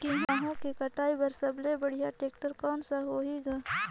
गहूं के कटाई पर सबले बढ़िया टेक्टर कोन सा होही ग?